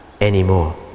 anymore